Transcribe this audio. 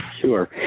Sure